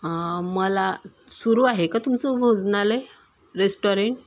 मला सुरू आहे का तुमचं भोजनालय रेस्टॉरेंट